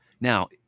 Now